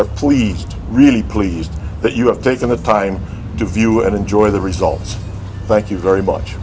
are pleased really pleased that you have taken the time to view and enjoy the results thank you very much